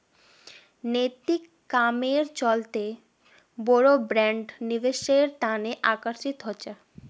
नैतिक कामेर चलते बोरो ब्रैंड निवेशेर तने आकर्षित ह छेक